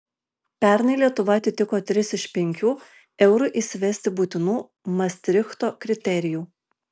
pernai lietuva atitiko tris iš penkių eurui įsivesti būtinų mastrichto kriterijų